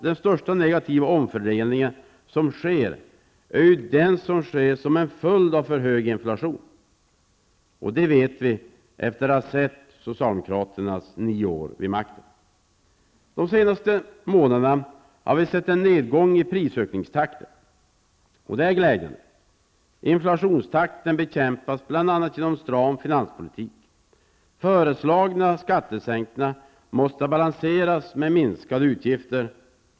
Den största negativa omfördelningen som sker är den som följer av för hög inflation. Det vet vi efter att ha sett socialdemokraternas nio år vid makten. De senaste månanderna har vi sett en nedgång i prisökningstakten. Det är glädjande. Inflationstakten bekämpas bl.a. genom en stram finanspolitik. Föreslagna skattesänkningar måste balanseras med minskade utgifter.